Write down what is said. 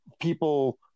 people